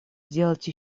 делать